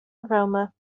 aroma